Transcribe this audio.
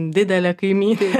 didelė kaimynė